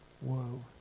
Whoa